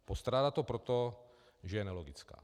Postrádá to proto, že je nelogická.